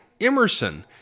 Emerson